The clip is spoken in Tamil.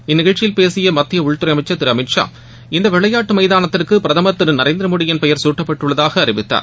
இந்நிகழ்ச்சியில் பேசிய மத்திய உள்துறை அமைச்சர் திரு அமித் ஷா இந்த விளையாட்டு மைதானத்திற்கு பிரதமர் திரு நரேந்திர மோடியின் பெயர் குட்டப்பட்டுள்ளதாக அறிவித்தார்